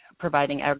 providing